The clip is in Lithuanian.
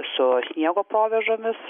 su sniego provėžomis